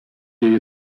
jej